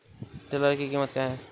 Tiller की कीमत क्या है?